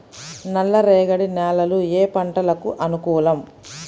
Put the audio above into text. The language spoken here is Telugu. నల్లరేగడి నేలలు ఏ పంటలకు అనుకూలం?